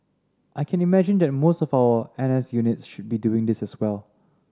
I can imagine that more of our N S units should be doing this as well